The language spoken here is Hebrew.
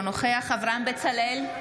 אינו נוכח אברהם בצלאל,